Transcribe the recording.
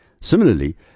Similarly